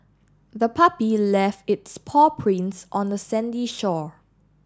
the puppy left its paw prints on the sandy shore